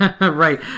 Right